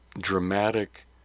dramatic